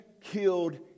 killed